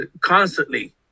constantly